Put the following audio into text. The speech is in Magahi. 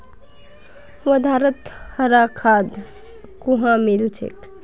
वर्धात हरा खाद कुहाँ मिल छेक